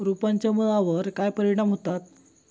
रोपांच्या मुळावर काय परिणाम होतत?